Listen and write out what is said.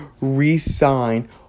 re-sign